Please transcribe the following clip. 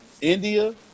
India